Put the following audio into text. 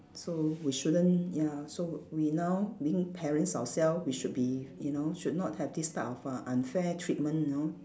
so we shouldn't ya so we now being parents ourselves we should be you know should not have this type of uh unfair treatment you know